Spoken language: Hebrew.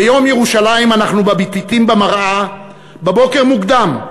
ביום ירושלים אנחנו מביטים במראה בבוקר מוקדם,